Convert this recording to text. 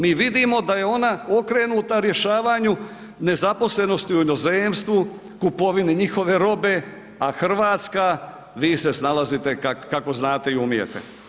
Mi vidimo da je ona okrenuta rješavanju nezaposlenosti u inozemstvu, kupovini njihove robe, a Hrvatska vi se snalazite kako znate i umijete.